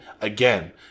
again